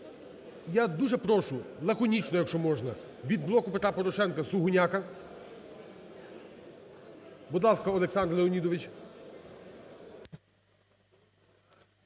я дуже прошу лаконічно, якщо можна, від "Блоку Петра Порошенка" Сугоняко. Будь ласка, Олександр Леонідович.